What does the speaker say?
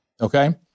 Okay